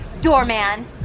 doorman